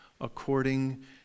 according